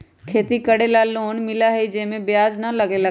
खेती करे ला लोन मिलहई जे में ब्याज न लगेला का?